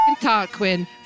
Tarquin